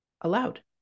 allowed